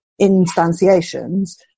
instantiations